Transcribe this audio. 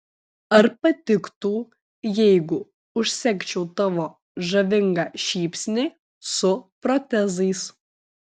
ar patiktų jeigu užsegčiau tavo žavingą šypsnį su protezais